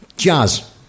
Jazz